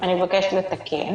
אני מבקשת לתקן